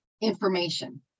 information